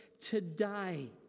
today